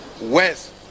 West